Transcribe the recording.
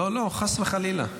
לא, חס וחלילה.